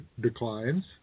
declines